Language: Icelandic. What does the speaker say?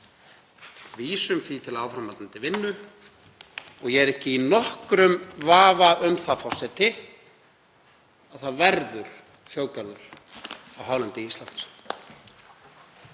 vísum því til áframhaldandi vinnu. Ég er ekki í nokkrum vafa um það, forseti, að það verður þjóðgarður á hálendi Íslands.